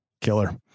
Killer